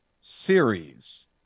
series